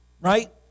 right